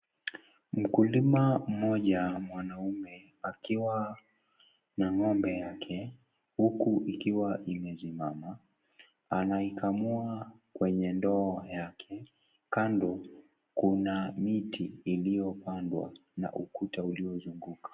Mkulima mmoja mwanaume akiwa na ngombe yake huku ikiwa imesimama anaikamua kwenye ndoo yake, kando kuna miti uliyopandwa na ukuta uliozungukwa.